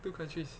two countries